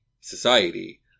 society